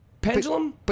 Pendulum